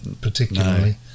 particularly